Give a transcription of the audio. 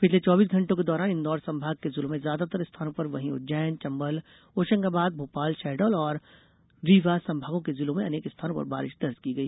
पिछले चौबीस घण्टों के दौरान इंदौर संभाग के जिलों में ज्यादातर स्थानों पर वहीं उज्जैन चंबल होशंगाबाद भोपाल शहडोल और रीवा संभागों के जिलों में अनेक स्थानों पर बारिश दर्ज की गई